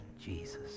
Jesus